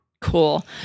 Cool